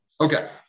Okay